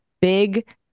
big